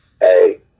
Hey